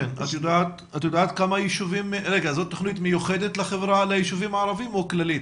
זו תוכנית מיוחדת ליישובים הערבים או תוכנית כללית?